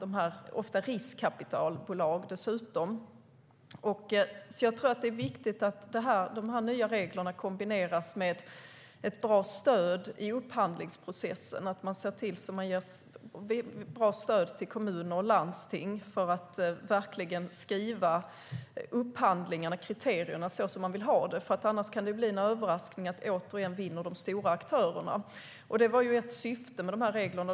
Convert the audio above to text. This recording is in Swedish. Jag tror att det är viktigt att de här nya reglerna kombineras med ett bra stöd i upphandlingsprocessen, att man ser till att ge bra stöd till kommuner och landsting, så att de kan skriva kriterierna för upphandling så som de verkligen vill ha dem. Annars kan det bli en överraskning, att återigen de stora aktörerna vinner. Detta var ett syfte med de här reglerna.